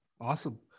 Awesome